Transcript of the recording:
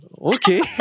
okay